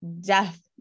death